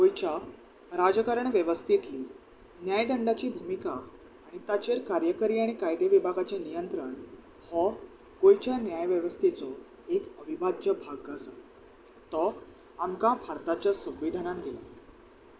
गोंयच्या राजकारण वेवस्थेंतली न्यायदंडाची भुमिका आनी ताचेर कार्यकरी आनी कायदे विभागाचें नियंत्रण हो गोंयच्या न्यायवेवस्थेचो एक अविभाज्य भाग आसा तो आमकां भारताच्या संविधानान दिला